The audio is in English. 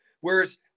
Whereas